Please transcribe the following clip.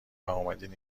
واومدین